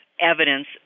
evidence